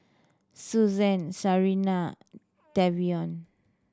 Suzanne Sarina Tavion